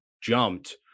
jumped